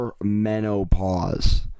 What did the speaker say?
Menopause